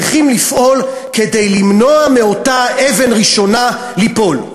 צריכים לפעול כדי למנוע מאותה אבן ראשונה ליפול.